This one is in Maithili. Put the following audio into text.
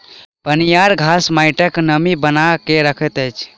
पनियाह घास माइटक नमी बना के रखैत अछि